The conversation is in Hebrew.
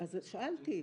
אז שאלתי.